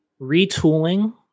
retooling